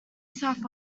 south